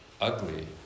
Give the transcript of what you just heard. ugly